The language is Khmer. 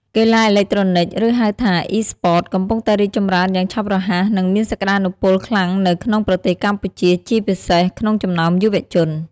កីឡាអេឡិចត្រូនិក ឬហៅថា Esports កំពុងតែរីកចម្រើនយ៉ាងឆាប់រហ័ស និងមានសក្ដានុពលខ្លាំងនៅក្នុងប្រទេសកម្ពុជា ជាពិសេសក្នុងចំណោមយុវជន។